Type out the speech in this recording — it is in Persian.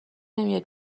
نمیاد